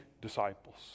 disciples